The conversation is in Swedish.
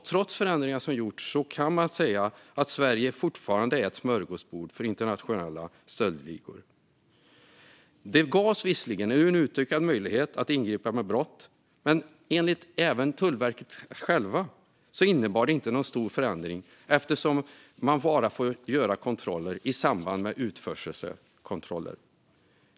Trots förändringar som gjorts kan man säga att Sverige fortfarande är ett smörgåsbord för internationella stöldligor. Det gavs visserligen en utökad möjlighet att ingripa mot brott. Men även enligt Tullverket självt innebar det inte någon stor förändring eftersom man bara får göra kontroller i samband med utförsel.